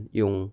yung